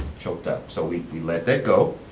choked up, so we he let that go,